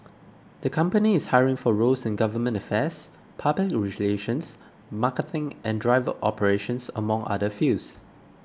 the company is hiring for roles in government affairs public relations marketing and driver operations among other fields